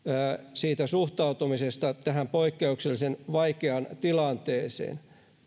suhtautumisesta tähän poikkeuksellisen vaikeaan tilanteeseen